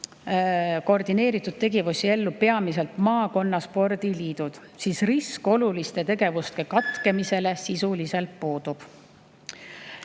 koordineeritud tegevusi ellu peamiselt maakonna spordiliidud, siis risk oluliste tegevuste katkemiseks sisuliselt puudub.